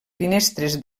finestres